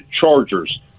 Chargers